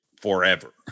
forever